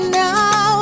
now